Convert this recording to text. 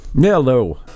Hello